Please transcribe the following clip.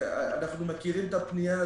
אנחנו מכירים את הפנייה הזאת.